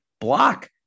block